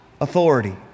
authority